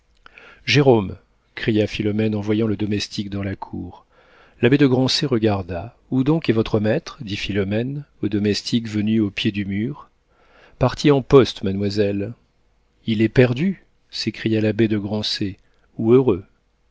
jérôme cria philomène en voyant le domestique dans la cour l'abbé de grancey regarda philomène où donc est votre maître dit philomène au domestique venu au pied du mur parti en poste mademoiselle il est perdu s'écria l'abbé de grancey ou heureux